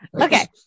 Okay